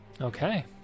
Okay